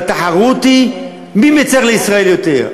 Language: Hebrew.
והתחרות היא מי מצר לישראל יותר,